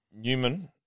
Newman